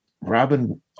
Robin